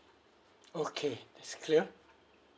okay is clear